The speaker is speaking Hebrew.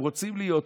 רוצים להיות פה.